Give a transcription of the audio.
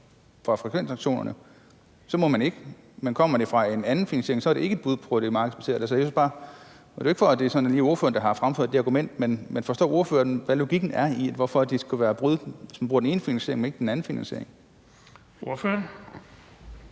fra frekvensauktionerne, og så må man ikke – men gør man det med en anden finansiering, er det ikke et brud på det markedsbaserede. Så det er jo ikke, fordi det sådan lige er ordføreren, der har fremført det argument, men forstår ordføreren, hvad logikken er i, at det skulle være et brud med den ene finansiering, men ikke med den anden finansiering?